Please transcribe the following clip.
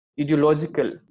ideological